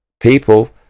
people